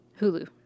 Hulu